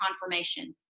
confirmation